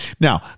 now